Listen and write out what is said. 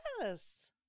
Yes